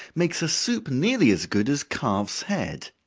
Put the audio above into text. makes a soup nearly as good as calf's head.